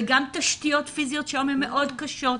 וגם תשתיות פיזיות שהיום הן מאוד קשות,